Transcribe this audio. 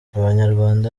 abanyarwanda